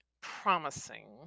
promising